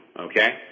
okay